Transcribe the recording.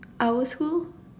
our school